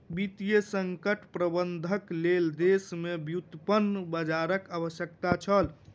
वित्तीय संकट प्रबंधनक लेल देश में व्युत्पन्न बजारक आवश्यकता छल